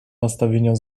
nastawienia